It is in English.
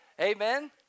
amen